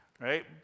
right